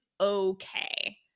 okay